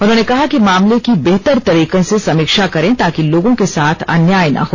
उन्होंने कहा कि मामले की बेहतर तरीके से समीक्षा करें ताकि लोगों के साथ अन्याय न हो